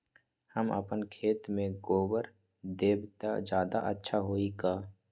हम अपना खेत में गोबर देब त ज्यादा अच्छा होई का?